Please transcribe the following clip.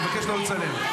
אני מבקש לא לצלם,